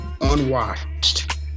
Unwatched